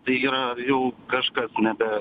tay yra jau kažkas nebe